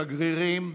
שגרירים,